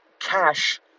cash